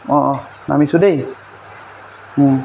অঁ অঁ নামিছোঁ দেই